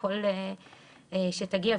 ככל שתגיע,